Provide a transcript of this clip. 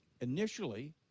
initially